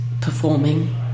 performing